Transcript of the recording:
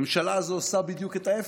הממשלה הזו עושה בדיוק את ההפך.